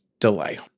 delay